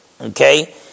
Okay